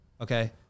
Okay